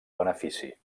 benefici